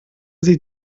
sie